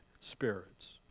spirits